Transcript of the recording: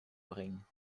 bringen